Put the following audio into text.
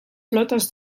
flotes